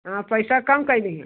हाँ पैसा काम कर दीजिए